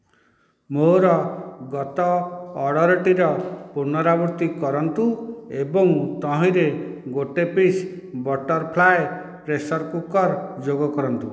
ମୋର ଗତ ଅର୍ଡ଼ର୍ଟିର ପୁନରାବୃତ୍ତି କରନ୍ତୁ ଏବଂ ତହିଁରେ ଗୋଟେ ପିସ୍ ବଟରଫ୍ଲାୟ ପ୍ରେସର୍ କୁକର୍ ଯୋଗ କରନ୍ତୁ